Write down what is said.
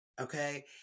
Okay